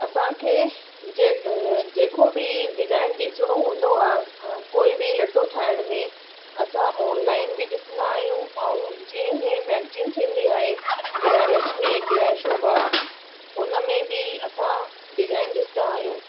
असांखे जे जेको बि डिजाइन ॾिसणो हूंदो आहे कोई बि लटो ठाहिण में असां ऑनलाइन बि ॾिसंदा आहियूं ऐं जीअं इहे मैगज़िन थींदी आहे ग्रहलक्ष्मी ग्रहशोभा उन में बि असां डिजाइन डिसदा आहियूं